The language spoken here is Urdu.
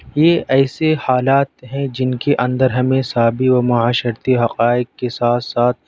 یہ ایسے حالات ہیں جن کے اندر ہمیں سابی و معاشرتی حقائق کے ساتھ ساتھ